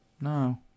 No